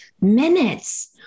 minutes